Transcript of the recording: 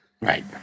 Right